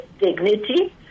Dignity